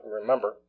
remember